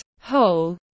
whole